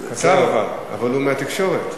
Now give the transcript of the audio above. הוא מהתקשורת.